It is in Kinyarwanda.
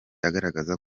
agaragaza